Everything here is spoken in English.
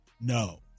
no